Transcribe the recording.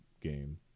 game